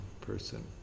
person